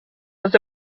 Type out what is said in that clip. was